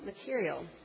material